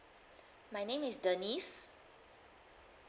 my name is denise